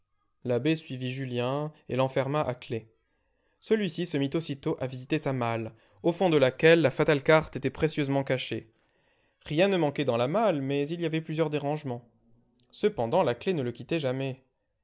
l'abbé suivit julien et l'enferma à clef celui-ci se mit aussitôt à visiter sa malle au fond de laquelle la fatale carte était précieusement cachée rien ne manquait dans la malle mais il y avait plusieurs dérangements cependant la clef ne le quittait jamais